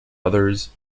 others